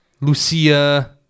Lucia